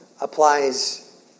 applies